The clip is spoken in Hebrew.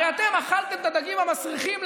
הרי אתם אכלתם את הדגים המסריחים,